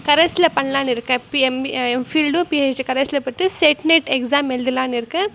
கரஸில் பண்ணலான்னு இருக்கேன் B M எம்பில்டும் பிஹச்டி கரஸில் போட்டு செட் நெட் எக்ஸாம் எழுதலான்னு இருக்கேன்